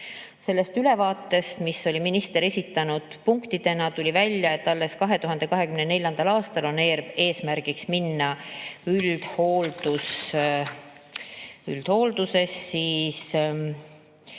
Sellest ülevaatest, mis minister oli esitanud punktidena, tuli välja, et alles 2024. aastal on eesmärgiks minna üldhoolduses